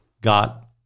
got